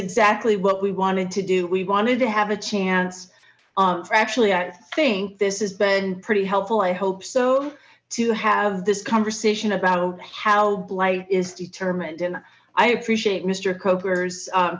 exactly what we wanted to do we wanted to have a chance for actually i think this has been pretty helpful i hope so to have this conversation about how blight is determined and i appreciate mister coope